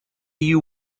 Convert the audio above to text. you